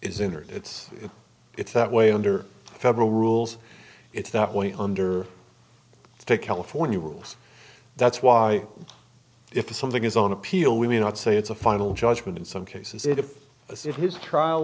entered it's it's that way under federal rules it's that way under to california rules that's why if something is on appeal we may not say it's a final judgment in some cases if t